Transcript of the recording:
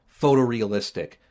photorealistic